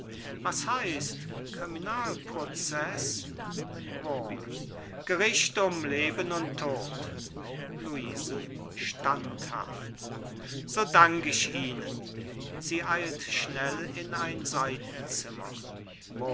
was heißt criminal proceß wurm gericht um leben und tod luise standhaft so dank ich ihnen sie eilt schnell in ein